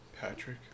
Patrick